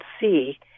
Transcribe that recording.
see